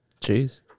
Jeez